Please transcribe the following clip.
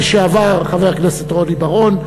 לשעבר חבר הכנסת רוני בר-און,